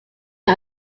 mir